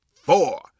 four